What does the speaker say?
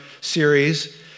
series